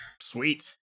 Sweet